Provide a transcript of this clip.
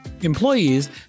Employees